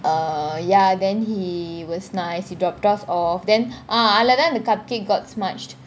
err ya then he was nice he dropped us off then ah அதுல தான் :athula thaan the cupcake got smudged